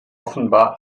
offenbar